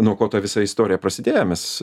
nuo ko ta visa istorija prasidėjo mes